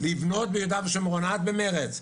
לבנות ביהודה ושומרון, את במרצ,